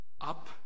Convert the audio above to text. up